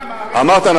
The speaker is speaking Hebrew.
התחילה מערכת,